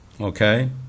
Okay